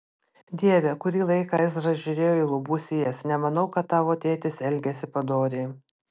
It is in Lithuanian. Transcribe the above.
dieve kurį laiką ezra žiūrėjo į lubų sijas nemanau kad tavo tėtis elgėsi padoriai